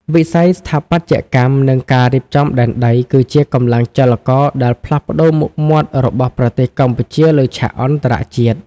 វិស័យស្ថាបត្យកម្ម និងការរៀបចំដែនដី គឺជាកម្លាំងចលករដែលផ្លាស់ប្តូរមុខមាត់របស់ប្រទេសកម្ពុជាលើឆាកអន្តរជាតិ។